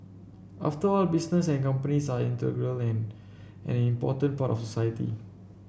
after all business and companies are integral and an important part of society